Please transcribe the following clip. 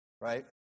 right